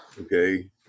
okay